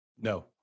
No